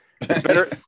Better